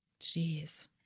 Jeez